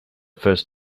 first